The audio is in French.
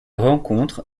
rencontre